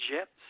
jets